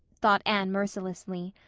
thought anne mercilessly.